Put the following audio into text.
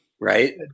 Right